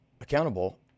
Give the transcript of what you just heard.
accountable